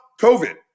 COVID